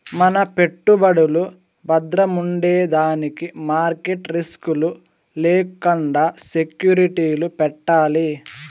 మన పెట్టుబడులు బద్రముండేదానికి మార్కెట్ రిస్క్ లు లేకండా సెక్యూరిటీలు పెట్టాలి